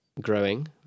growing